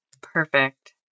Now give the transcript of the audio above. Perfect